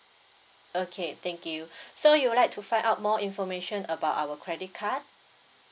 okay thank you so you would like to find out more information about our credit card